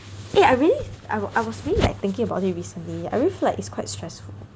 eh I really I was really like thinking about it recently I really feel like it's quite stressful